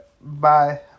bye